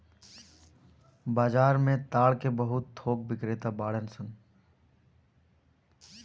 बाजार में ताड़ के बहुत थोक बिक्रेता बाड़न सन